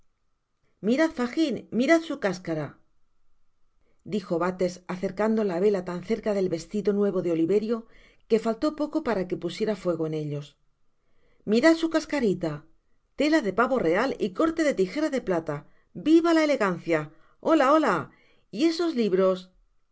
mirad fagin mirad su cáscara dijo bates acercando la vela tan cerca del vestido nuevo de oliverio que poco faltó para que pusiera fuego en ellosmirad su cascarita l tela de pavo real y corte de tijera de plata viva la elegancia ola hola y esos libros